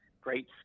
great